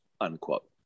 unquote